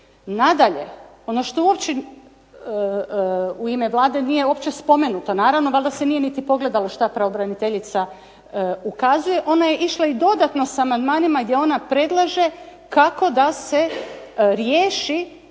Nadalje, ono što uopće u ime Vlade nije uopće spomenuto naravno, valjda se nije niti pogledalo šta pravobraniteljica ukazuje, ona je išla i dodatno sa amandmanima gdje ona predlaže kako da se riješi